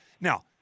Now